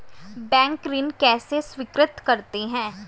Bank ऋण कैसे स्वीकृत करते हैं?